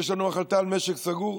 יש לנו החלטה על משק סגור.